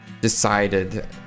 decided